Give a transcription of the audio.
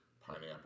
pineapple